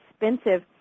expensive